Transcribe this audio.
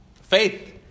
Faith